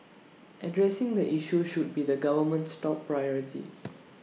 addressing the issue should be the government's top priority